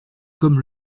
comme